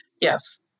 Yes